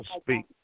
speak